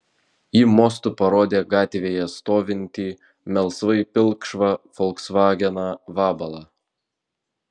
ji mostu parodė gatvėje stovintį melsvai pilkšvą folksvageną vabalą